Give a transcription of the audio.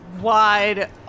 wide